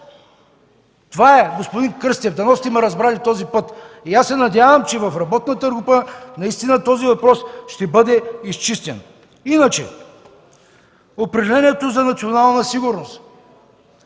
Това е, господин Кръстев. Дано сте ме разбрали този път. Аз се надявам, че в работната група този въпрос ще бъде изчистен. Иначе, определението за национална сигурност.